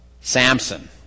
Samson